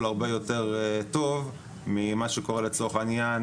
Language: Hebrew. הרבה יותר טוב ממה שקורה לצורך העניין,